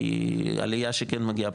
כי עלייה שכן מגיעה,